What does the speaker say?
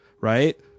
right